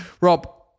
Rob